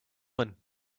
one